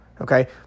Okay